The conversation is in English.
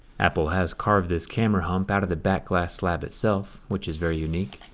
apple has carved this camera hump out of the back glass slab itself, which is very unique.